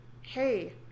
hey